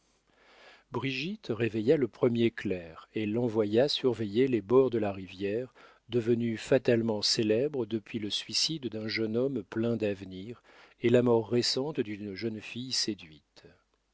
brigitte réveilla le premier clerc et l'envoya surveiller les bords de la rivière devenus fatalement célèbres depuis le suicide d'un jeune homme plein d'avenir et la mort récente d'une jeune fille séduite